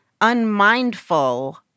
unmindful